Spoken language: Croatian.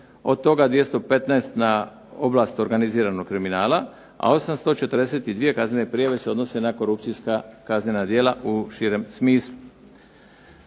Od toga 215 na oblast organiziranog kriminala, a 842 kaznene prijave se odnose na korupcijska kaznena djela u širem smislu.